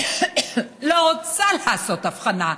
לא רוצה לעשות הבחנה,